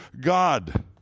God